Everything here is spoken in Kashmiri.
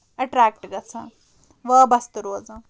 ایٚٹریکٹ گژھان وابسطہٕ روزان